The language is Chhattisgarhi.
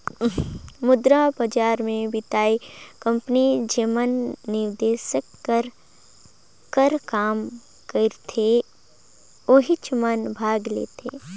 मुद्रा बजार मे बित्तीय कंपनी जेमन निवेस करे कर काम करथे ओहिच मन भाग लेथें